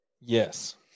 Yes